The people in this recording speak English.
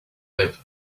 live